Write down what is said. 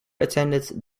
attended